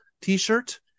t-shirt